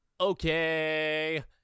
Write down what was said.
OKAY